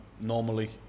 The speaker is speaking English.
normally